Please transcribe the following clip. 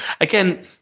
Again